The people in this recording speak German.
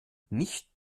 nicht